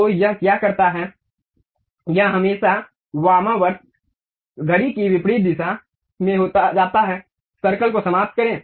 तो यह क्या करता है यह हमेशा वामावर्तविपरीत दिशा में जाता है सर्कल को समाप्त करें